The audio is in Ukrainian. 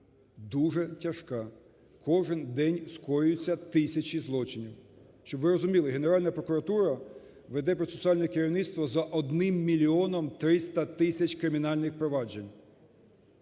дуже тяжка, кожен день скоюються тисячі злочинів. Щоб ви розуміли, Генеральна прокуратура веде процесуальне керівництво за одним мільйоном 300 тисяч кримінальних проваджень.